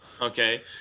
okay